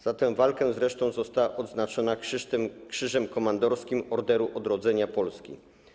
Za tę walkę zresztą została odznaczona Krzyżem Komandorskim Orderu Odrodzenia Polski.